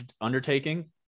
undertaking